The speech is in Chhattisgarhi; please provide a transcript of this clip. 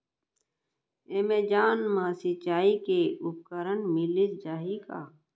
एमेजॉन मा सिंचाई के उपकरण मिलिस जाही का?